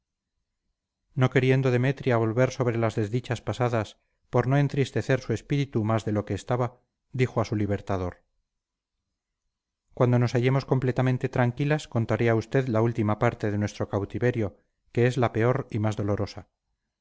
no queriendo demetria volver sobre las desdichas pasadas por no entristecer su espíritu más de lo que estaba dijo a su libertador cuando nos hallemos completamente tranquilas contaré a usted la última parte de nuestro cautiverio que es la peor y más dolorosa